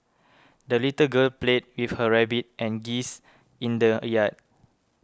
the little girl played with her rabbit and geese in the yard